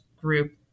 group